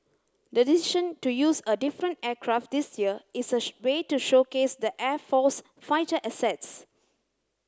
the decision to use a different aircraft this year is a way to showcase the air force's fighter assets